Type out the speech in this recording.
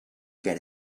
get